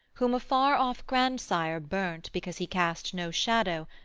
whom a far-off grandsire burnt because he cast no shadow,